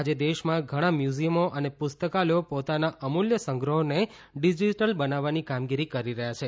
આજે દેશમાં ઘણાં મ્યૂઝીયમો અને પુસ્તકાલથો પોતાના અમૂલ્ય સંગ્રહોને ડિજીટલ બનાવવાની કામગીરીકરી રહ્યા છે